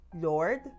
lord